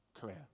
career